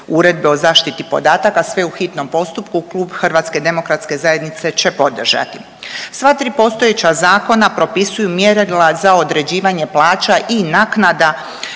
uredbe o zaštiti podataka sve u hitnom postupku Klub HDZ-a će podržati. Sva tri postojeća zakona propisuju mjerila za određivanje plaća i naknada